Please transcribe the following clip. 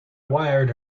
wired